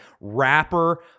rapper